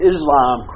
Islam